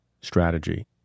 strategy